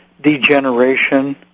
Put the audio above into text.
degeneration